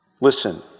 Listen